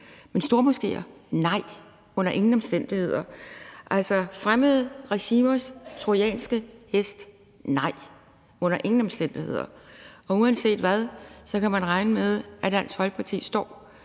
jeg sige: Nej, under ingen omstændigheder. Altså, til fremmede regimers trojanske hest vil jeg sige: Nej, under ingen omstændigheder. Uanset hvad, kan man regne med, at Dansk Folkeparti står